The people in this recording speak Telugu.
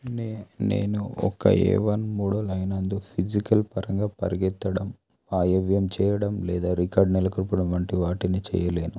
నే నేను ఒక్క ఏ వన్ మోడో లైనందు ఫిజికల్ పరంగా పరిగెత్తడం వాయవ్యం చేయడం లేదా రికార్డ్ నెలకొల్పటం వంటి వాటిని చేయలేను